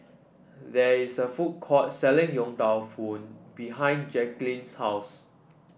there is a food court selling Yong Tau Foo behind Jacqulyn's house